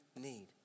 need